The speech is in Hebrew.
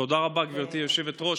תודה רבה, גברתי היושבת-ראש.